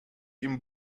ihm